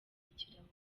ikirahuri